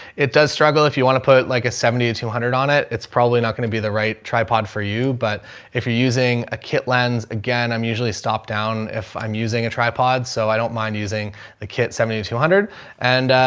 it does struggle. if you want to put like a seventy to two hundred on it, it's probably not going to be the right tripod for you. but if you're using a kit lens, again, i'm usually stopped down if i'm using a tripod. so i don't mind using the kit. seventy to two hundred and